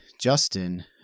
Justin